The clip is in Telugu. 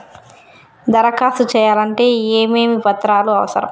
దరఖాస్తు చేయాలంటే ఏమేమి పత్రాలు అవసరం?